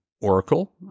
oracle